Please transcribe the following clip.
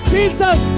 Jesus